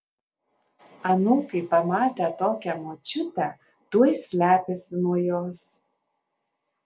anūkai pamatę tokią močiutę tuoj slepiasi nuo jos